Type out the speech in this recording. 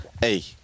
hey